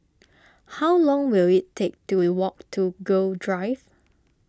how long will it take to we walk to Gul Drive